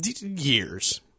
Years